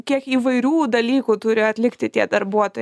kiek įvairių dalykų turi atlikti tie darbuotojai